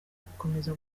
gukomeza